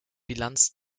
bilanz